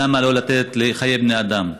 למה לא לתת לחיי בני אדם?